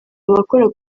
abakora